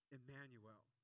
Emmanuel